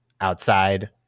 outside